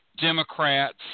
Democrats